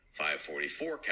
544